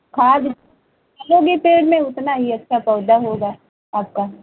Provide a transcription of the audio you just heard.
खाद डालोगे पेड़ मे उतना ही अच्छा पौधा होगा आपका